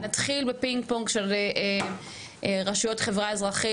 נתחיל בפינג-פונג של רשויות - חברה אזרחית,